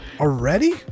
Already